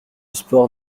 sport